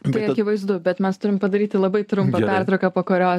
tai akivaizdu bet mes turie padaryti labai trumpą pertrauką po kurios